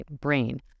brain